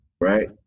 right